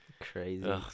crazy